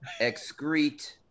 excrete